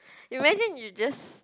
imagine you just